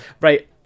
Right